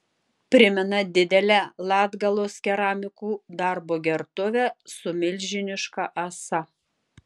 primena didelę latgalos keramikų darbo gertuvę su milžiniška ąsa